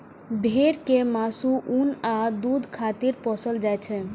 भेड़ कें मासु, ऊन आ दूध खातिर पोसल जाइ छै